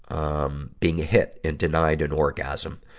um being hit and denied an orgasm.